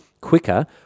quicker